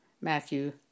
Matthew